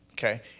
Okay